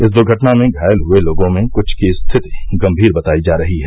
इस दुर्घटना में घायल हुए लोगों में कुछ की स्थिति गंमीर बतायी जा रही है